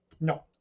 No